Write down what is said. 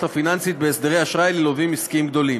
הפיננסית בהסדרי אשראי ללווים עסקיים גדולים.